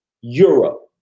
Europe